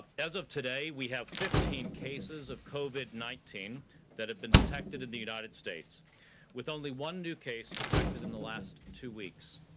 as of today we have fifteen cases of covid nineteen that have been detect in the united states with only one new case detected in the last two weeks.